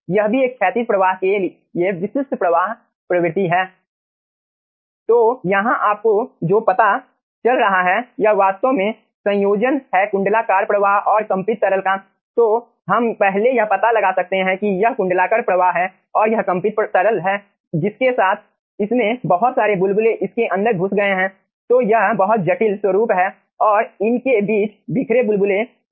यह भी एक क्षैतिज प्रवाह के लिए विशिष्ट प्रवाह प्रवृत्ति है